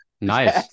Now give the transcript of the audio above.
Nice